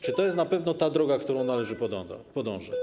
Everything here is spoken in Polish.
Czy to jest na pewno ta droga, którą należy podążać?